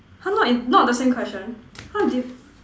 !huh! not in not the same question !huh! diff~